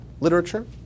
literature